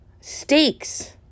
steaks